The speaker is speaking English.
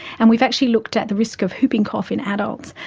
and we've actually looked at the risk of whooping cough in adults.